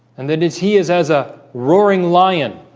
and that is he is as a roaring lion